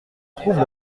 trouves